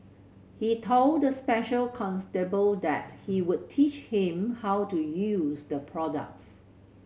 he told the special constable that he would teach him how to use the products